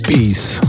Peace